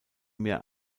mehr